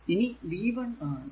ഇനി v1 ആണ്